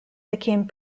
became